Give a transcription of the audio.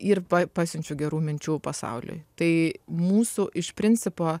ir pasiunčiu gerų minčių pasauliui tai mūsų iš principo